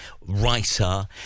writer